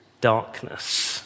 Darkness